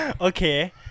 Okay